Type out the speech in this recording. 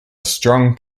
strong